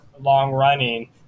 long-running